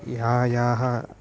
ये ये